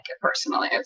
personally